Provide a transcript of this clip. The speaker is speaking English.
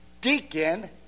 deacon